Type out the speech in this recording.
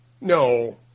No